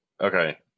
Okay